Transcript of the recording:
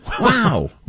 wow